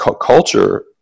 culture